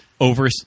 over